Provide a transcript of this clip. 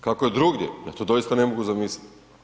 Kako je drugdje, ja to doista ne mogu zamisliti.